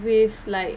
with like